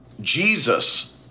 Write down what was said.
jesus